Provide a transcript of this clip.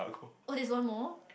oh there's one more